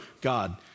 God